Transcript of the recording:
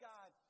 God